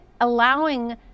allowing